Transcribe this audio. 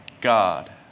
God